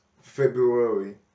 february